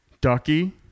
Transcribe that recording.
Ducky